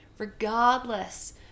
regardless